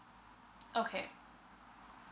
okay